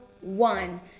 one